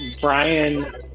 Brian